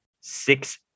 six